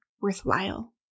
Worthwhile